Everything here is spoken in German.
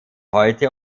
heute